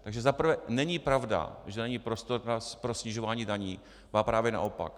Takže za prvé není pravda, že není prostor pro snižování daní, ba právě naopak.